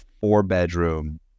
four-bedroom